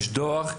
יש דוח,